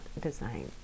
design